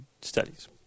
studies